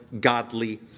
godly